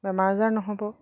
বেমাৰ আজাৰ নহ'ব